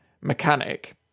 mechanic